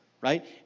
right